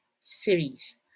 series